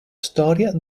storia